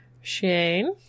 Shane